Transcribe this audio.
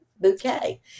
bouquet